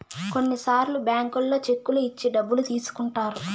కొన్నిసార్లు బ్యాంకుల్లో చెక్కులు ఇచ్చి డబ్బులు తీసుకుంటారు